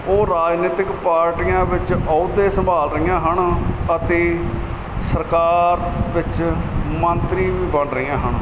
ਉਹ ਰਾਜਨੀਤਿਕ ਪਾਰਟੀਆਂ ਵਿੱਚ ਅਹੁਦੇ ਸੰਭਾਲ ਰਹੀਆਂ ਹਨ ਅਤੇ ਸਰਕਾਰ ਵਿੱਚ ਮੰਤਰੀ ਵੀ ਬਣ ਰਹੀਆਂ ਹਨ